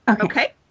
Okay